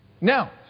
Now